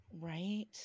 Right